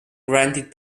granted